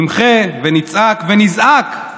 נמחה ונצעק ונזעק,